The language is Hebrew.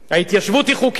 ההתיישבות היא חוקית,